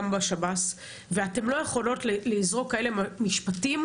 בשב”ס ואתן לא יכולות לזרוק כאלה משפטים,